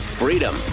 freedom